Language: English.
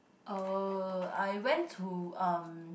uh I went to um